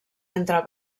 entre